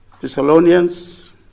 Thessalonians